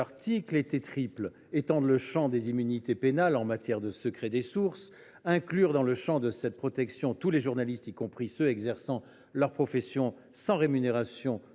article était triple : étendre le champ des immunités pénales en matière de secret des sources ; inclure dans le périmètre de cette protection tous les journalistes, y compris ceux qui exercent leur profession sans rémunération